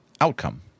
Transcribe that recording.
outcome